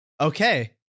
okay